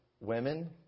women